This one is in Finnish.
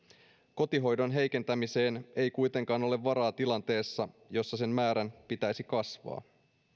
kotihoidon heikentämiseen ei kuitenkaan ole varaa tilanteessa jossa sen määrän pitäisi kasvaa